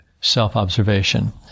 self-observation